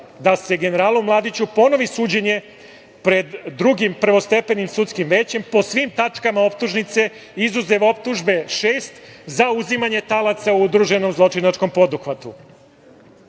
da se generalu Mladiću ponovi suđenje pred drugim prvostepenim sudskim većem po svim tačkama optužnice, izuzev optužbe šest za uzimanje talaca u udruženom zločinačkom poduhvatu. Dakle,